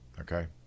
Okay